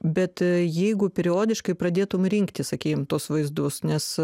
bet a jeigu periodiškai pradėtum rinkti sakykim tuos vaizdus nes